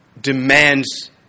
demands